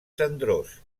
cendrós